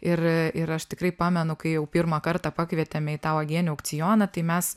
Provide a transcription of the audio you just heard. ir ir aš tikrai pamenu kai jau pirmą kartą pakvietėme į tą uogienių aukcioną tai mes